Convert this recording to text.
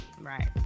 right